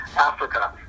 Africa